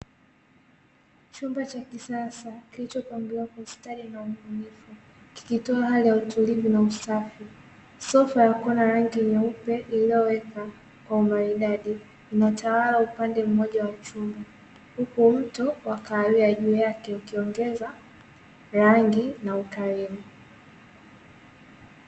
Chumba cha kisasa kilichopangiliwa kwa ustadi na ubunifu kikitoa hali ya utulivu na usafi. Sofa iliyokuwa na rangi nyeupe iliyowekwa kwa umaridadi inatawala upande mmoja wa chumba. Huku mto wa kahawia juu yake ukiongeza rangi na ukarimu.